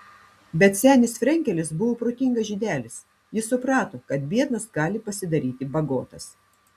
bet senis frenkelis buvo protingas žydelis jis suprato kad biednas gali pasidaryti bagotas